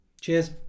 Cheers